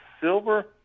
silver